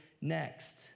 next